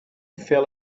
fell